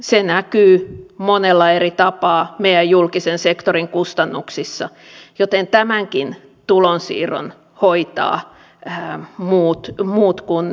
se näkyy monella eri tapaa meidän julkisen sektorin kustannuksissa joten tämänkin tulonsiirron hoitavat muut kuin yritykset itse